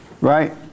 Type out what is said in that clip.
right